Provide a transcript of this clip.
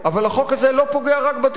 אבל החוק הזה לא פוגע רק בתקשורת,